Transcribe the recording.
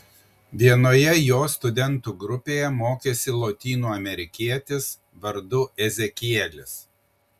vienoje jo studentų grupėje mokėsi lotynų amerikietis vardu ezekielis